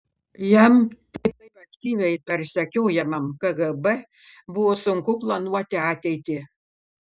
jam taip aktyviai persekiojamam kgb buvo sunku planuoti ateitį